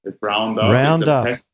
roundup